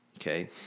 Okay